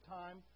time